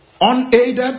unaided